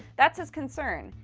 that's his concern.